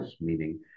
meaning